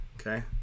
Okay